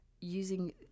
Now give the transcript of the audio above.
using